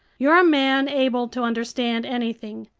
you're a man able to understand anything,